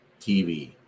TV